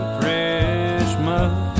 Christmas